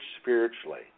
spiritually